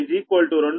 44 2